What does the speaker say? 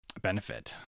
benefit